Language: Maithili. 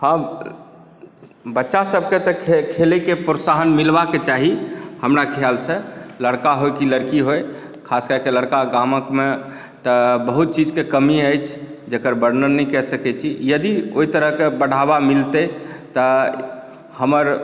हाँ बच्चा सबके तऽ खेलै के प्रोत्साहन मिलबाके चाही हमरा खयालसँ लड़का होइ की लड़की होइ खास कऽ कऽ लड़का गामक मे तऽ बहुत चीज के कमी अछि जेकर वर्णन नहि कए सकै छी यदि ओहि तरहक बढ़ावा मिलतै तऽ हमर